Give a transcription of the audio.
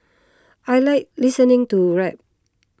I like listening to rap